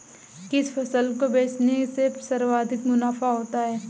किस फसल को बेचने से सर्वाधिक मुनाफा होता है?